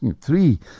Three